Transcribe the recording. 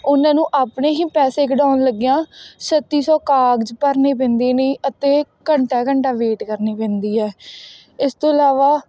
ਉਹਨਾਂ ਨੂੰ ਆਪਣੇ ਹੀ ਪੈਸੇ ਕਢਵਾਉਣ ਲੱਗਿਆਂ ਛੱਤੀ ਸੌ ਕਾਗਜ਼ ਭਰਨੇ ਪੈਂਦੇ ਨੇ ਅਤੇ ਘੰਟਾ ਘੰਟਾ ਵੇਟ ਕਰਨੀ ਪੈਂਦੀ ਹੈ ਇਸ ਤੋਂ ਇਲਾਵਾ